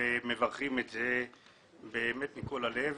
מברכים מכל הלב